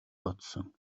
бодсон